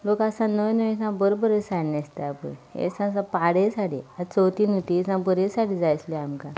लोक आतां अशो नव्यो नव्यो अशो बऱ्यो बऱ्यो साडी न्हेसतात ह्यो अशो पाड साडयो चवथीक न्हय त्यो सो बऱ्यो साडयो जाय आसल्यो आमकां